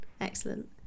Excellent